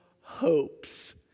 hopes